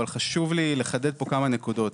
אבל חשוב לי לחדד כמה נקודות.